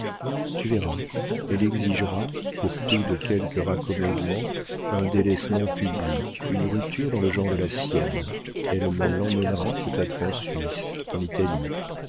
tu verras elle exigera pour prix de quelque raccommodement un délaissement public une rupture dans le genre de la sienne elle me l'emmènera peut-être en suisse en italie